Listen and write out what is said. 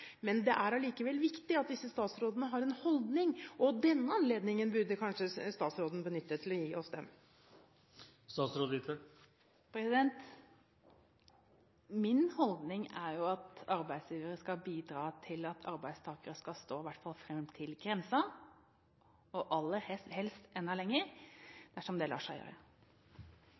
Men det er likevel viktig at disse statsrådene har en holdning, og denne anledningen burde kanskje statsråden benyttet til å gi oss den. Min holdning er at arbeidsgivere skal bidra til at arbeidstakere i hvert fall skal stå fram til aldersgrensen og aller helst enda lenger, dersom det lar seg gjøre.